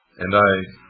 and i